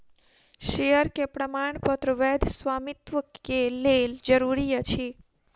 share के प्रमाणपत्र वैध स्वामित्व के लेल जरूरी अछि